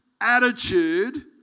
attitude